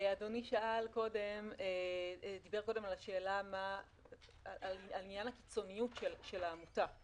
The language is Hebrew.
אדוני דיבר קודם על עניין הקיצוניות של העמותה.